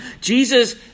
Jesus